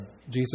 Jesus